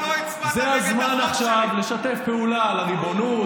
זה הזמן עכשיו לשתף פעולה על הריבונות,